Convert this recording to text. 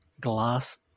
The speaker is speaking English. Glass